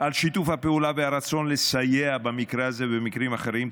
על שיתוף הפעולה והרצון לסייע במקרה הזה ובמקרים אחרים.